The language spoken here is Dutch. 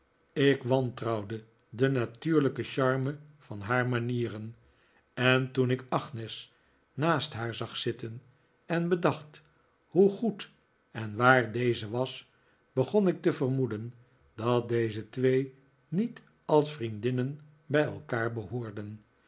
ik wantrouwde de natuurlijke charme van haar manieren en toen ik agnes naast haar zag zitten en bedacht hoe goed en waar deze was begon ik te vermoeden dat deze twee niet als vriendinnen bij elkaar behoorden